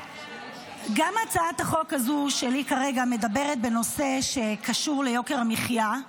גם הצעת החוק הזו שלי כרגע מדברת על נושא שקשור ליוקר המחיה.